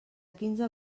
quinze